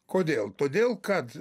kodėl todėl kad